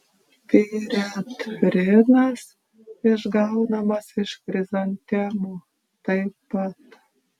piretrinas išgaunamas iš chrizantemų taip pat